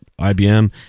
IBM